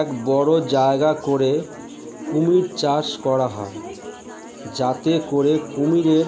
এক বড় জায়গা করে কুমির চাষ করা হয় যাতে করে কুমিরের